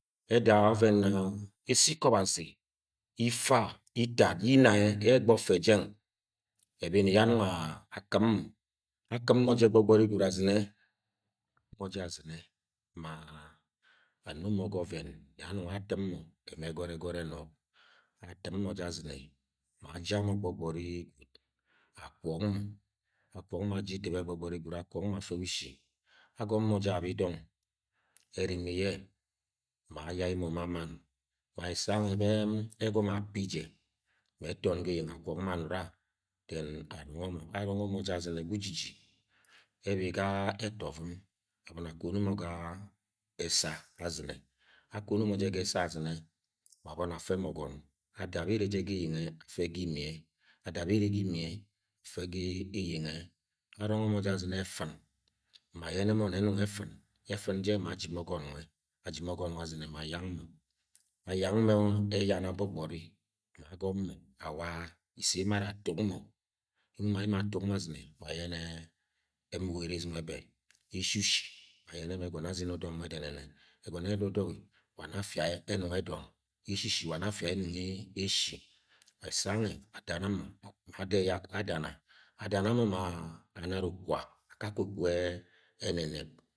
Eda ouen na esi iko obuzi ifa itat ye inna-e-ye egba ofe jang ebini ye anung a-akt’m mo akfm mo je gbo gbori gwud a zine, aktm mo je azine ma-a-amo muo ga oven ye anung attm mo ema egore gol no attm mo je azine ma ajeb mo gbogbori no attm mo je azine ma a jeb mo gbo gbori gwud akwok mo akwok mo aja idt be gbogbori gwud akwok mo afe ga leshi agomo je ahi dong erimi ye ma ayai mo ma mann, ma ese onngue be egonho api je ms e ton ga eyency akuok mo anura dem annonge mo arongo mo se azime ga uji ji, ebi ga eto ovum aboni akono mo ga esa azine a kono mo je gu esa ozine ma aboni afe mo ogon ada be ere je gu eyeng-e-afe ga wmm a du be ere ga umne afe ga eyeng ye arongo mo je azine effn ma ayene mo ne enung eftn, eftn, je ma jim o gon nuee ajim ogon nuee a zine ma ayang mo ayang me eyana gbo gbori ma agono awua ise emo ara atuk mo emu atuk mo azime ma ayene enuuk eres nwe be eshushi ma oeyene mo egono azan odoue nuhe denene e gono edo dogi ucane afia enung edon eshshin ulane afia enung eshi ese angue adam ihno ada eyak adana, adana mo ma. ạ amara okpugu akake okpug ye eneneb.